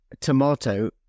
tomato